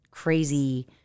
crazy